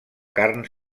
carn